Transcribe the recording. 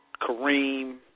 Kareem